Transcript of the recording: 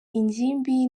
ingimbi